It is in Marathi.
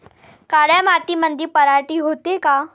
काळ्या मातीमंदी पराटी होते का?